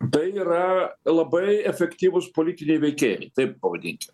tai yra labai efektyvūs politiniai veikėjai taip pavadinkim